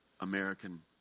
American